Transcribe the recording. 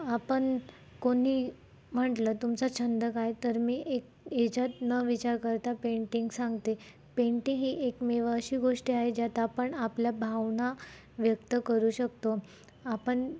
आपण कोणी म्हटलं तुमचा छंद का आहे तर मी एक याच्यात न विचार करता पेंटिंग सांगते पेंटिंग ही एकमेव अशी गोष्टी आहे ज्यात आपण आपल्या भावना व्यक्त करू शकतो आपण